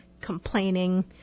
complaining